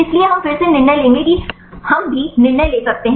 इसलिए हम फिर से निर्णय लेंगे कि हम भी निर्णय ले सकते हैं